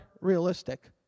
realistic